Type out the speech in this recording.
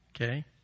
okay